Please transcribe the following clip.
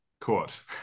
court